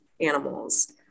animals